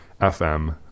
FM